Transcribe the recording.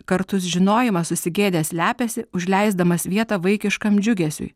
kartus žinojimas susigėdęs slepiasi užleisdamas vietą vaikiškam džiugesiui